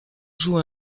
joue